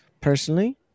personally